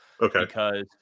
Okay